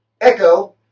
Echo